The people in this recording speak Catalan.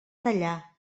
tallar